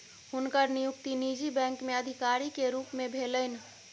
हुनकर नियुक्ति निजी बैंक में अधिकारी के रूप में भेलैन